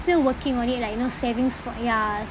still working on it like you saving for ya